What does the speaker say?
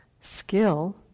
Skill